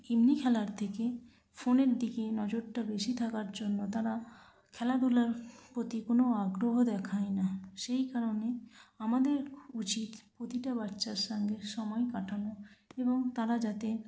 এমনি খেলার থেকে ফোনের দিকে নজরটা বেশি থাকার জন্য তারা খেলাধূলার প্রতি কোনো আগ্রহ দেখায় না সেই কারণে আমাদের উচিত প্রতিটা বাচ্চার সঙ্গে সময় কাটানো এবং তারা যাতে